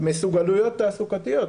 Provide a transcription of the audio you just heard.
מסוגלויות תעסוקתיות,